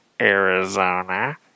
Arizona